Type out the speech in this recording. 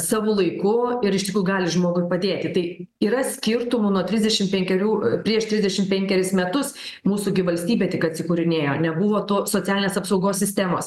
savu laiku ir iš tikrųjų gali žmogui padėti tai yra skirtumų nuo trisdešim penkerių prieš trisdešim penkeris metus mūsų gi valstybė tik atsikūrinėjo nebuvo to socialinės apsaugos sistemos